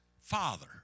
father